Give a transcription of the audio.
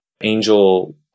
angel